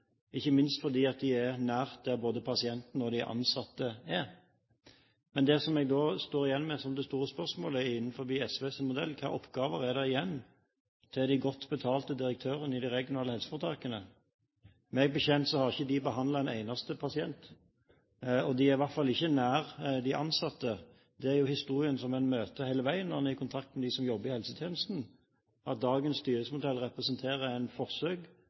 ikke minst fordi de er nær der både pasientene og de ansatte er. Men det jeg står igjen med som det store spørsmålet når det gjelder SVs modell, er: Hvilke oppgaver er det igjen til de godt betalte direktørene i de regionale helseforetakene? Meg bekjent har ikke de behandlet en eneste pasient, og de er i hvert fall ikke nær de ansatte. Det er jo historien som man møter hele veien når en er i kontakt med dem som jobber i helsetjenesten, at dagens styringsmodell representerer et forsøk på fjernstyring av svære virksomheter. De lokale helseforetakene som en